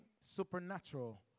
supernatural